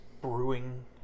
brewing